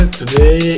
today